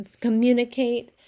Communicate